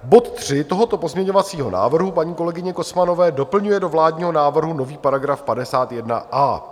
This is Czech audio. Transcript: Bod 3 tohoto pozměňovacího návrhu paní kolegyně Kocmanové doplňuje do vládního návrhu nový § 51a.